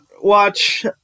watch